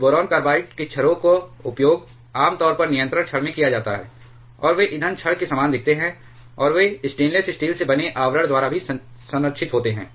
तो boron carbide के छर्रों का उपयोग आमतौर पर नियंत्रण छड़ में किया जाता है और वे ईंधन छड़ के समान दिखते हैं और वे स्टेनलेस स्टील से बने आवरण द्वारा भी संरक्षित होते हैं